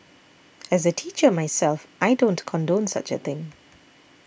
as a teacher myself I don't condone such a thing